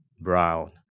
brown